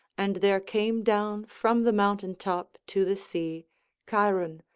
and there came down from the mountain-top to the sea chiron,